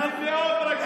אני מאוד רגוע.